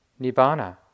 Nibbana